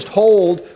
hold